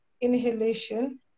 inhalation